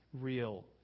real